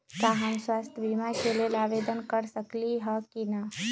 का हम स्वास्थ्य बीमा के लेल आवेदन कर सकली ह की न?